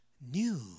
new